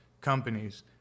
companies